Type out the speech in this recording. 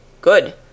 Good